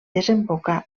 desemboca